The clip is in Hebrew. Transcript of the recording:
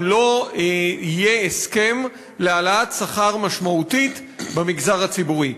לא יהיה הסכם להעלאת שכר משמעותית במגזר הציבורי.